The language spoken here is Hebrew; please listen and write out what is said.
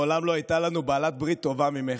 מעולם לא הייתה לנו בעלת ברית טובה ממך.